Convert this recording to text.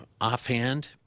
offhand